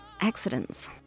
accidents